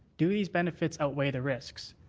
do these benefits outweigh the risks?